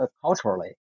culturally